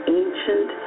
ancient